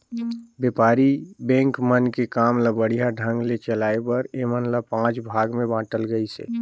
बेपारी बेंक मन के काम ल बड़िहा ढंग ले चलाये बर ऐमन ल पांच भाग मे बांटल गइसे